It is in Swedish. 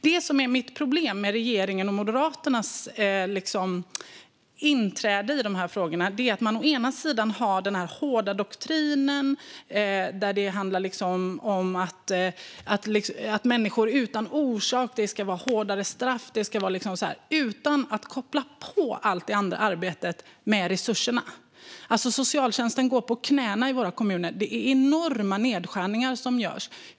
Det som är mitt problem med regeringens och Moderaternas inträde i dessa frågor är att man å ena sidan har den hårda doktrin som handlar om att det ska vara hårdare straff utan att koppla på allt det andra arbetet med resurserna. Socialtjänsten går på knäna i våra kommuner. Det är enorma nedskärningar som görs.